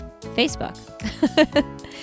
Facebook